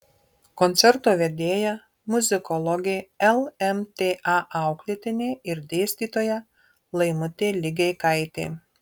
koncerto vedėja muzikologė lmta auklėtinė ir dėstytoja laimutė ligeikaitė